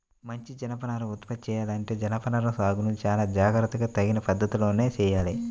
మంచి జనపనారను ఉత్పత్తి చెయ్యాలంటే జనపనార సాగును చానా జాగర్తగా తగిన పద్ధతిలోనే చెయ్యాలి